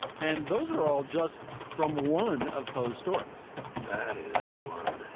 and those are all just from one of those stories that is one